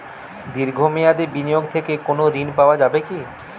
দীর্ঘ মেয়াদি বিনিয়োগ থেকে কোনো ঋন পাওয়া যাবে কী?